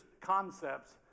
concepts